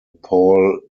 paul